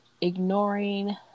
ignoring